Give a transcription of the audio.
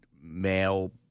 male